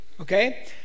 okay